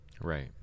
right